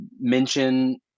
mention